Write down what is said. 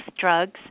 drugs